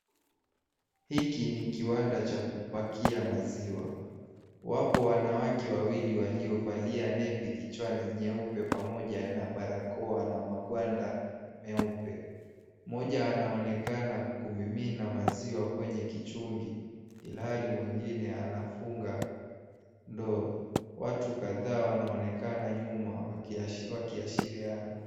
Hiki ni kiwanda cha kupakia maziwa, wapo wanawake wawili walio valia nepi kichwani nyeupe, pamoja na barakoa na magwanda meupe, mmoja anaonekana kumimina maziwa kwenye kichungi, ilhali mwingine anafunga, ndoo, watu kathaa wanaonekana nyuma wakiashi, wakiashiria.